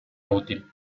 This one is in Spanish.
útil